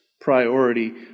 priority